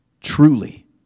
truly